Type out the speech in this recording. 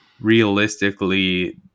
realistically